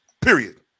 Period